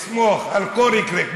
תסמוך, הכול יקרה.